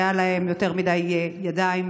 היו להם יותר מדי ידיים,